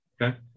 Okay